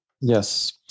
Yes